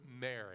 Mary